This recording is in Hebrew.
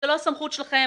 זו לא הסמכות שלכם.